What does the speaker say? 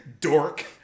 dork